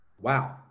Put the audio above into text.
Wow